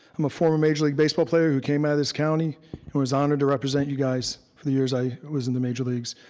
i'm a former major league baseball player who came outta this county who was honored to represent you guys for the years i was in the major leagues.